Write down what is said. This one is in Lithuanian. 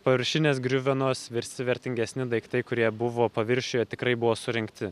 paviršinės griuvenos virsi vertingesni daiktai kurie buvo paviršiuje tikrai buvo surinkti